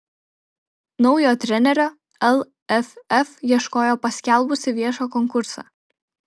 naujo trenerio lff ieškojo paskelbusi viešą konkursą